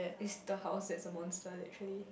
is the house that's the monster actually